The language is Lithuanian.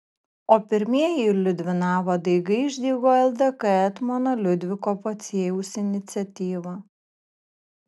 o pirmieji liudvinavo daigai išdygo ldk etmono liudviko pociejaus iniciatyva